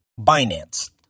Binance